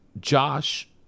josh